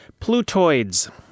Plutoids